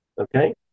Okay